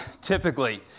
typically